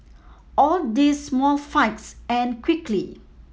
all these small fights end quickly